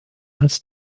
als